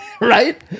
right